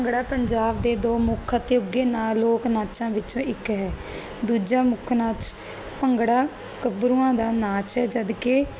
ਭੰਗੜਾ ਪੰਜਾਬ ਦੇ ਦੋ ਮੁੱਖ ਅਤੇ ਉੱਗੇ ਨਾ ਲੋਕ ਨਾਚਾਂ ਵਿੱਚੋਂ ਇੱਕ ਹੈ ਦੂਜਾ ਮੁੱਖ ਨਾਚ ਭੰਗੜਾ ਗੱਭਰੂਆਂ ਦਾ ਨਾਚ ਜਦਕਿ